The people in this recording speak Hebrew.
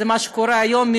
זה מה שקורה היום,